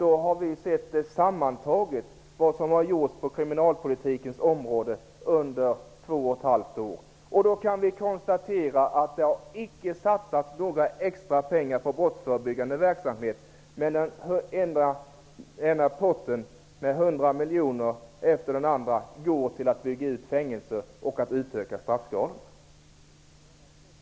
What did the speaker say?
Vi har sett efter vad som sammantaget har gjorts på kriminalpolitikens område under två och ett halvt år, och vi kan då konstatera att det icke har satsats några extra pengar på brottsförebyggande verksamhet, medan den ena potten med hundra miljoner efter den andra har använts till att bygga ut fängelser och utöka straffskalorna.